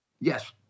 Yes